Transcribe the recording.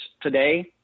today